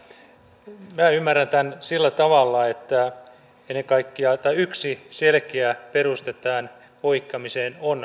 minä ymmärrän tämän sillä tavalla että yksi selkeä peruste tähän poikkeamiseen on etäisyydet